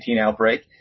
outbreak